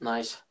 Nice